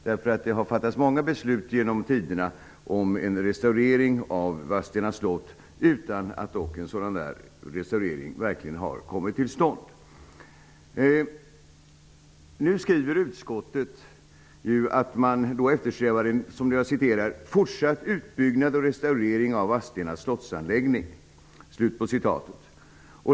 Det har genom tiderna fattats många beslut om en restaurering av Vadstena slott -- utan att en restaurering verkligen har kommit till stånd. Nu skriver utskottet att man eftersträvar en ''fortsatt utbyggnad och restaurering av Vadstena slottsanläggning''.